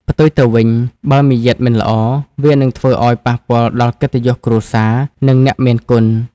ផ្ទុយទៅវិញ បើមារយាទមិនល្អ វានឹងធ្វើឱ្យប៉ះពាល់ដល់កិត្តិយសគ្រួសារ និងអ្នកមានគុណ។